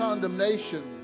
condemnation